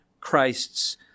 Christ's